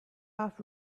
off